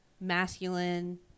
masculine